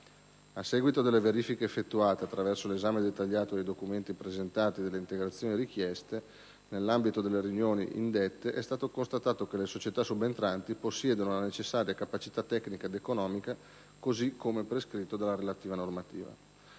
A seguito delle verifiche effettuate, attraverso l'esame dettagliato dei documenti presentati e delle integrazioni richieste, nell'ambito delle riunioni indette, è stato constatato che le società subentranti possiedono la necessaria capacità tecnica ed economica, così come prescritto dalla relativa normativa.